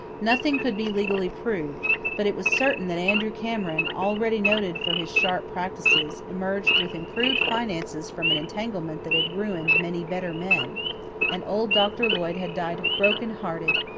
nothing could be legally proved but it was certain that andrew cameron, already noted for his sharp practices, emerged with improved finances from an entanglement that had ruined many better men and old doctor lloyd had died brokenhearted,